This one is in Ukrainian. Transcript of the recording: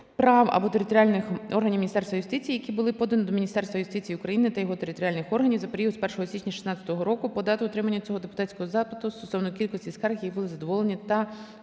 прав або територіальних органів Міністерства юстиції, які було подано до Міністерства юстиції України та його територіальних органів за період з 1 січня 16-го року по дату отримання цього депутатського запиту, стосовно кількості скарг, які були задоволені та у задоволенні